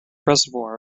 reservoir